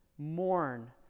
Mourn